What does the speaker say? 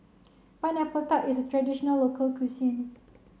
Pineapple Tart is a traditional local cuisine